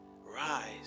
rise